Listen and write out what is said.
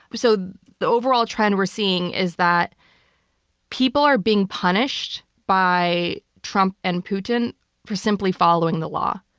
so the overall trend we're seeing is that people are being punished by trump and putin for simply following the law.